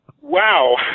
wow